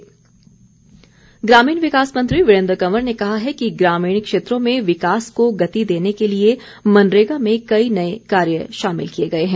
वीरेन्द्र कंवर ग्रामीण विकास मंत्री वीरेन्द्र कंवर ने कहा है कि ग्रामीण क्षेत्रों में विकास को गति देने के लिए मनरेगा में कई नए कार्य शामिल किए गए हैं